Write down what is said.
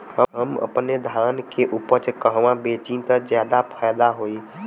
हम अपने धान के उपज कहवा बेंचि त ज्यादा फैदा होई?